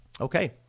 Okay